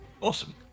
Awesome